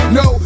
no